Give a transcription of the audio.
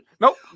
Nope